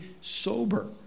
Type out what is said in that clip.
sober